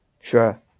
Sure